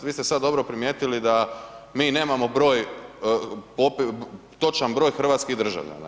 Vi ste sada dobro primijetili da mi nemamo broj, točan broj hrvatskih državljana.